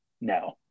No